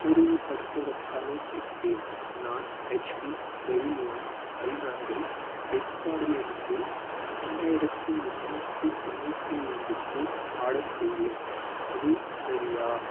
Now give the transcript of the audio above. உறுதிப்படுத்துவதற்காகக் கேட்கிறேன் நான் H P Pavilion பதினான்கு ஐ ஃப்ளிப்கார்டு இலிருந்து இரண்டாயிரத்தி எண்ணூற்றி தொண்ணூற்றி இரண்டுக்கு ஆடர் செய்தேன் அது சரியா